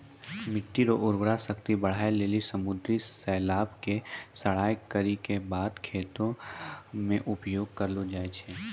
मिट्टी रो उर्वरा शक्ति बढ़ाए लेली समुन्द्री शैलाव के सड़ाय करी के खाद मे उपयोग करलो जाय छै